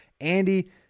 Andy